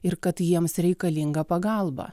ir kad jiems reikalinga pagalba